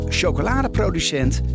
chocoladeproducent